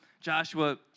Joshua